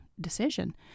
decision